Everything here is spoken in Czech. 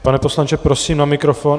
Pane poslanče, prosím na mikrofon.